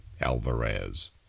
Alvarez